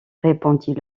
répondit